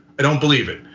i don't believe it.